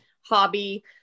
hobby